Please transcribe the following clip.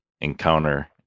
encounter